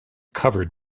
covered